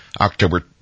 October